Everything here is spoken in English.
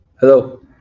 Hello